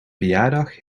verjaardag